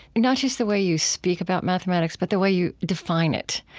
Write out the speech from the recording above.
not just the way you speak about mathematics, but the way you, define it.